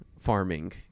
farming